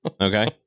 Okay